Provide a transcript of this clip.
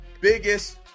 biggest